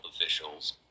officials